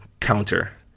counter